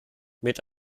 mit